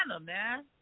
man